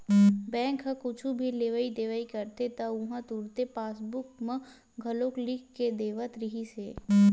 bank म कुछु भी लेवइ देवइ करते त उहां तुरते पासबूक म घलो लिख के देवत रिहिस हे